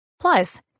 Plus